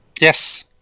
Yes